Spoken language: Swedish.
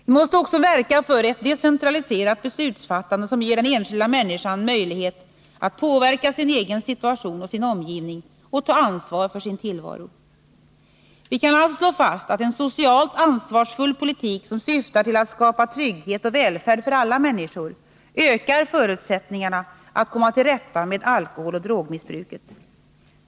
Vi måste också verka för ett decentraliserat beslutsfattande, som ger den enskilda människan möjlighet att påverka sin egen situation och sin omgivning och ta ansvar för sin tillvaro. Vi kan alltså slå fast att en socialt ansvarsfull politik som syftar till att skapa trygghet och välfärd för alla människor ökar förutsättningarna att komma till rätta med alkoholoch drogmissbruket.